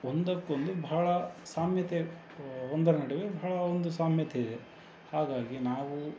ಒಂದಕ್ಕೊಂದು ಬಹಳ ಸಾಮ್ಯತೆ ಒಂದರ ನಡುವೆ ಬಹಳ ಒಂದು ಸಾಮ್ಯತೆ ಇದೆ ಹಾಗಾಗಿ ನಾವು